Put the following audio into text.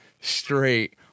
straight